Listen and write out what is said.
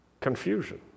confusion